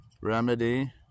remedy